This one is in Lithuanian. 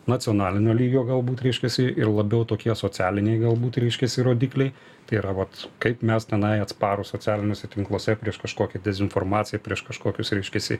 nacionalinio lygio galbūt reiškiasi ir labiau tokie socialiniai galbūt reiškiasi rodikliai tai yra vat kaip mes tenai atsparūs socialiniuose tinkluose prieš kažkokią dezinformaciją prieš kažkokius reiškiasi